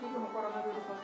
tyrimų koronaviruso